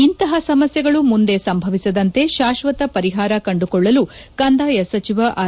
ಇಂತಹ ಸಮಸ್ಯೆಗಳು ಮುಂದೆ ಸಂಭವಿಸದಂತೆ ಶಾಶ್ವತ ಪರಿಹಾರ ಕಂಡುಕೊಳ್ಳಲು ಕಂದಾಯ ಸಚಿವ ಆರ್